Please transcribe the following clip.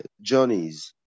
journeys